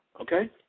okay